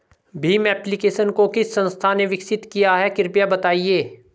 Bhim application को किस संस्था ने विकसित किया है कृपया बताइए?